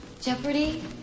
Jeopardy